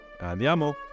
Andiamo